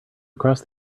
across